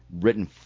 Written